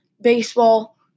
baseball